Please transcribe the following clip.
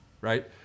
right